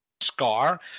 Scar